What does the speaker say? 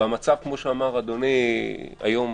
והמצב, כמו שאמר אדוני, היום